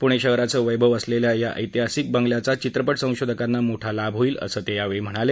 पुणे शहराचं वैभव असलेल्या या ऐतिहासिक बंगल्याचा चित्रपट संशोधकांना मोठा लाभ होईल असं ते म्हणाले